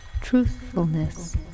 Truthfulness